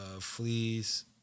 Fleas